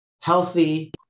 healthy